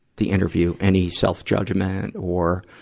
the interview? any self-judgment or,